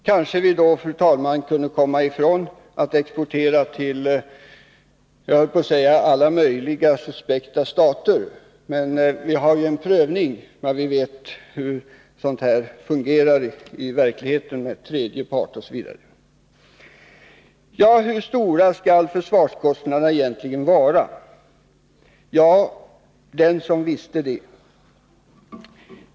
Kanske vi då kunde komma ifrån att exportera till, jag höll på att säga, alla möjliga suspekta stater, men vi har ju en prövning och vet hur vapenexport fungerar i verkligheten, där tredje part blir inblandad. Hur stora skall försvarskostnaderna egentligen vara? Ja, den som visste det!